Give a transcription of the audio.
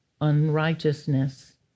unrighteousness